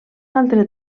altre